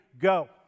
go